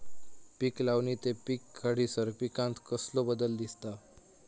पीक लावणी ते पीक काढीसर पिकांत कसलो बदल दिसता?